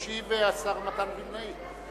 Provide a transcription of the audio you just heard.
ישיב השר מתן וילנאי.